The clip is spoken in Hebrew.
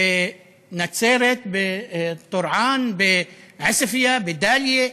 בנצרת, בטורעאן, בעוספיא, בדאליה,